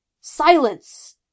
Silence